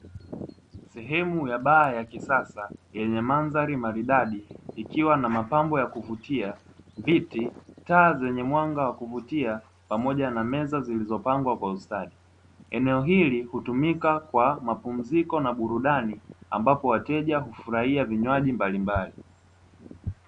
Sehemu ya baa ya kisasa yenye mandhari maridadi ikiwa na mapambo ya kuvutia, viti, taa zenye mwanga wa kuvutia pamoja na meza zilizopangwa kwa ustadi. Eneo hili hutumika kwa mapumziko na burudani ambapo wateja hufurahia vinywaji mbalimbali.